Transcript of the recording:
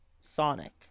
Sonic